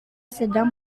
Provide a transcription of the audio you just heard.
sedang